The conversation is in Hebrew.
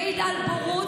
מעיד על בורות.